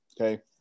okay